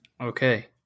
Okay